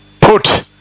put